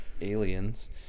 Aliens